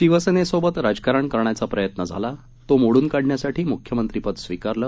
शिवसेनेसोबत राजकारण करण्याचा प्रयत्न झाला तो मोडुन काढण्यासाठी मुख्यमंत्री पद स्वीकारलं